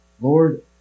Lord